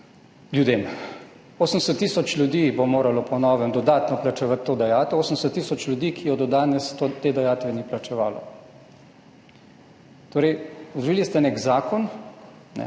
dajatev. 80 tisoč ljudi bo moralo po novem dodatno plačevati to dajatev, 80 tisoč ljudi, ki do danes te dajatve ni plačevalo. Torej, vložili ste nek zakon, ki